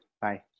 Bye